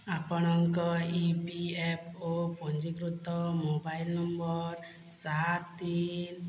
ଆପଣଙ୍କ E P F O ପଞ୍ଜୀକୃତ mobile number ସାତ ତିନ